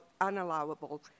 unallowable